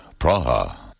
Praha